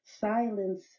silence